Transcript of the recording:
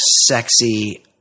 sexy